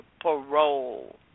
parole